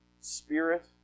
spirit